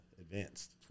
advanced